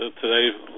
today